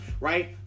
right